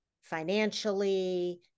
financially